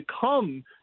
come